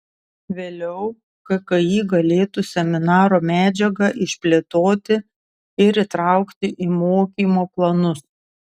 vėliau kki galėtų seminaro medžiagą išplėtoti ir įtraukti į mokymo planus